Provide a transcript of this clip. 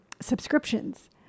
subscriptions